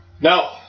No